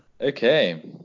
okay